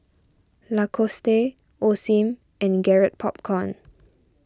Lacoste Osim and Garrett Popcorn